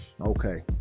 Okay